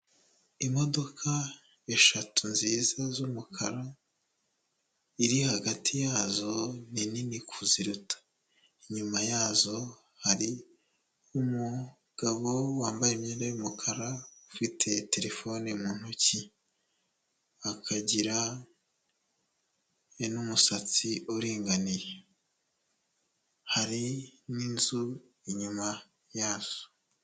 Imodoka eshatu nziza z'umukara, iri hagati yazo ni nini kuziruta. Inyuma yazo hari umugabo wambaye imyenda y'umukara ufite telefone mu ntoki, akagira n'umusatsi uringaniye, hari n'inzu inyuma yazo.